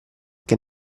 che